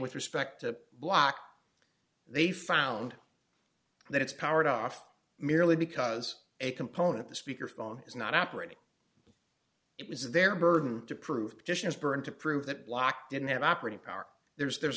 with respect to black they found that it's powered off merely because a component of the speakerphone is not operating it was their burden to prove just as burned to prove that block didn't have operating power there's there's